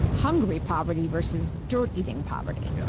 ah hungry poverty versus dirt eating poverty. yeah.